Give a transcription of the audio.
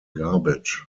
garbage